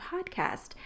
podcast